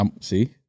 See